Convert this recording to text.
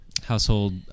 Household